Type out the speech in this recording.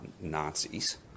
Nazis